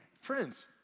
friends